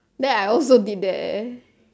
then I also did that